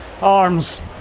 arms